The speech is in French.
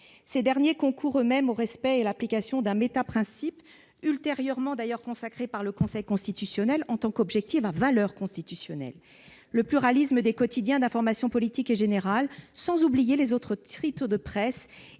Ces derniers concourent eux-mêmes au respect et à l'application d'un « méta-principe », ultérieurement d'ailleurs consacré par le Conseil constitutionnel en tant qu'objectif à valeur constitutionnelle : le pluralisme des quotidiens d'information politique et générale. Sans oublier les autres titres de presse,